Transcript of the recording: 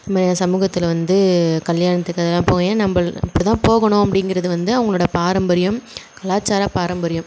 இன் மே சமூகத்தில் வந்து கல்யாணத்துக்கெலாம் போயே நம்மள் இப்படி தான் போகணும் அப்படிங்கிறது வந்து அவங்களோட பாரம்பரியம் கலாச்சாரம் பாரம்பரியம்